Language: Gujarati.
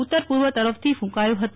ઉત્તર પૂર્વ તરફથી ફૂંકાયો હતો